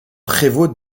prévôt